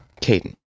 Caden